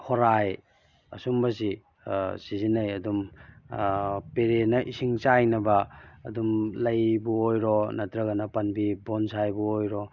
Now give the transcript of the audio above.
ꯍꯣꯔꯥꯏ ꯑꯁꯨꯝꯕꯁꯤ ꯁꯤꯖꯤꯟꯅꯩ ꯑꯗꯨꯝ ꯄꯦꯔꯦꯅ ꯏꯁꯤꯡ ꯆꯥꯏꯅꯕ ꯑꯗꯨꯝ ꯂꯩꯕꯨ ꯑꯣꯏꯔꯣ ꯅꯠꯇ꯭ꯔꯒꯅ ꯄꯥꯟꯕꯤ ꯕꯣꯟꯁꯥꯏꯕꯨ ꯑꯣꯏꯔꯣ